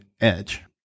edge